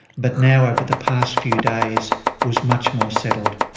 but now over the past few days was much more settled.